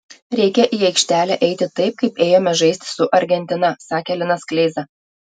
reikia į aikštelę eiti taip kaip ėjome žaisti su argentina sakė linas kleiza